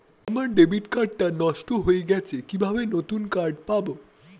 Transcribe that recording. আমার debit card টা নষ্ট হয়ে গেছে কিভাবে নতুন কার্ড পাব?